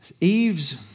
Eve's